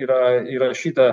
yra įrašyta